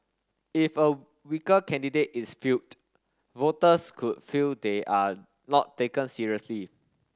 if a weaker candidate is fielded voters could feel they are not taken seriously